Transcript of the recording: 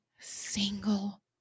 single